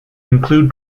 include